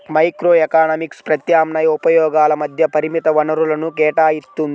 microeconomics ప్రత్యామ్నాయ ఉపయోగాల మధ్య పరిమిత వనరులను కేటాయిత్తుంది